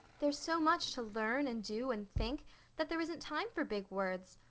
there's so much to learn and do and think that there isn't time for big words.